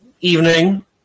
evening